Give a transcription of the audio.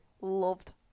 loved